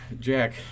Jack